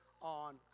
on